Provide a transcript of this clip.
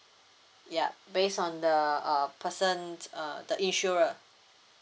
ya based on the uh person uh the insurer